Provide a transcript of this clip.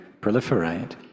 proliferate